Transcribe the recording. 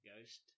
Ghost